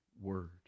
Word